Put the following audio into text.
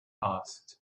asked